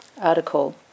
article